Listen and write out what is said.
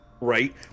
Right